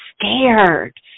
scared